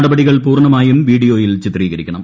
നടപടികൾ പൂർണ്ണമായും വീഡിയോയിൽ ചിത്രീകരിക്കണം